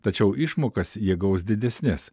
tačiau išmokas jie gaus didesnes